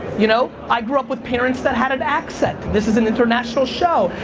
you know i grew up with parents that had an accent this is an international show.